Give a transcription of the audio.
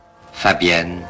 Fabienne